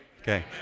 Okay